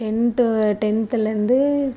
tenth டென்த்துலேருந்து